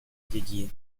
dédiées